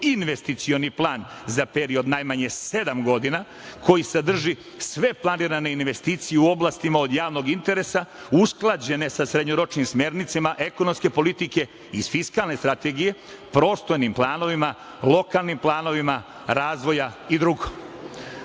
investicioni plan za period od najmanje sedam godina, koji sadrži sve planirane investicije u oblastima od javnog interesa, usklađene sa srednjoročnim smernicama ekonomske politike iz fiskalne strategije, prostornim planovima, lokalnim planovima razvoja i dr.Ono